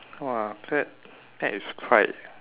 !wah! that that is quite